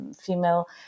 female